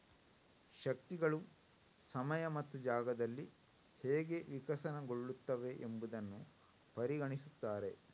ಶಕ್ತಿಗಳು ಸಮಯ ಮತ್ತು ಜಾಗದಲ್ಲಿ ಹೇಗೆ ವಿಕಸನಗೊಳ್ಳುತ್ತವೆ ಎಂಬುದನ್ನು ಪರಿಗಣಿಸುತ್ತಾರೆ